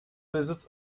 lizards